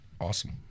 Awesome